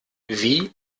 wie